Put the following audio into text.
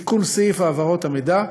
מוצע תיקון סעיף העברות המידע,